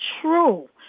true